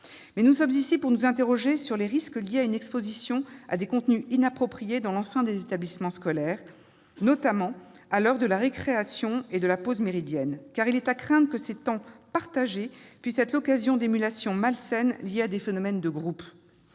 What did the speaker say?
Nous sommes ici pour nous interroger sur les risques liés à une exposition à des contenus inappropriés dans l'enceinte des établissements scolaires, notamment à l'heure de la récréation et lors de la pause méridienne. En effet, il est à craindre que ces temps partagés puissent être l'occasion d'émulations malsaines liées à des phénomènes de groupe.